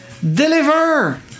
Deliver